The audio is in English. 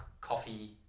coffee